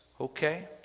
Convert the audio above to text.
Okay